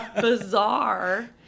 bizarre